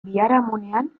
biharamunean